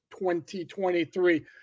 2023